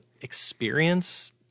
experience